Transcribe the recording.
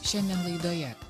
šiandien laidoje